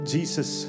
Jesus